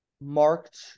marked